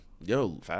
Yo